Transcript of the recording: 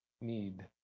need